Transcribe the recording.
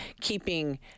keeping